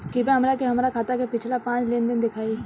कृपया हमरा के हमार खाता के पिछला पांच लेनदेन देखाईं